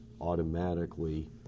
automatically